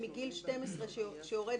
בזמנו עלה שלגבי העזרה ראשונה צריך